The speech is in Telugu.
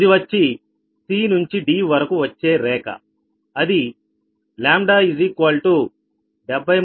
ఇది వచ్చి C నుంచి D వరకు వచ్చే రేఖ అది λ 73